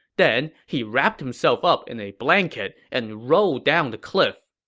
then, he wrapped himself up in a blanket and rolled down the cliff.